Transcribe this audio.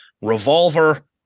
revolver